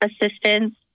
assistance